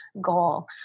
goal